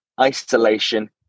isolation